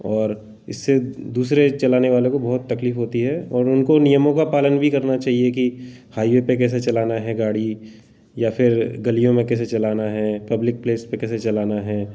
और इससे दूसरे चलाने वाले को बहुत तकलीफ़ होती है और उनको नियमों का पालन भी करना चहिए कि हाइवे पर कैसे चलाना है गाड़ी या फिर गलियों में कैसे चलाना है पब्लिक प्लेस पर कैसे चलाना है